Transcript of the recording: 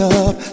up